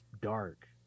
dark